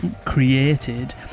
created